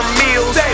meals